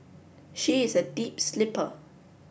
she is a deep sleeper